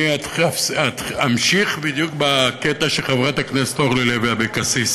אני אמשיך בדיוק בקטע שחברת הכנסת אורלי לוי אבקסיס